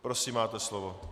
Prosím, máte slovo.